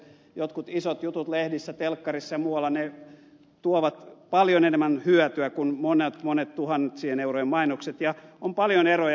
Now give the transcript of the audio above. jotkut isot jutut lehdissä telkkarissa ja muualla tuovat paljon enemmän hyötyä kuin monet monet tuhansien eurojen mainokset ja on paljon eroja